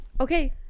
okay